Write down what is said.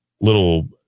little